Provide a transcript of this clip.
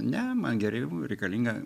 ne man geriau reikalinga